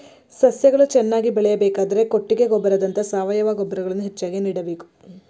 ಸಸ್ಯಗಳು ಚೆನ್ನಾಗಿ ಬೆಳೆಯಬೇಕಾದರೆ ಕೊಟ್ಟಿಗೆ ಗೊಬ್ಬರದಂತ ಸಾವಯವ ಗೊಬ್ಬರಗಳನ್ನು ಹೆಚ್ಚಾಗಿ ನೀಡಬೇಕು